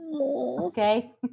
okay